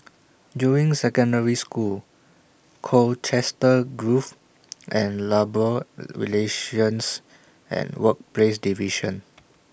Juying Secondary School Colchester Grove and Labour Relations and Workplaces Division